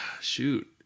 shoot